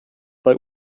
bei